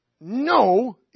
no